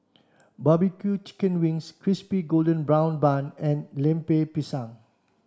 barbecue chicken wings crispy golden brown bun and Lemper Pisang